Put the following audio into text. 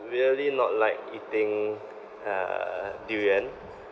really not like eating uh durian